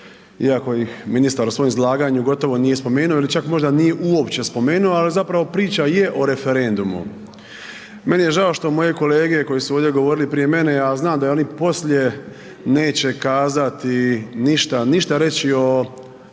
iako ih ministar u svojem izlaganju gotovo nije spomenuo ili čak možda nije uopće spomenuo, al zapravo priča je o referendumu. Meni je žao što moje kolege koji su ovdje govorili prije mene, ja znam da oni poslije neće kazati, ništa, ništa reći o